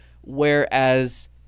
Whereas